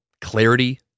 clarity